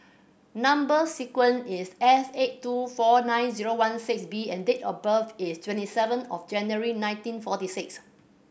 number sequence is S eight two four nine zero one six B and date of birth is twenty seven of January nineteen forty six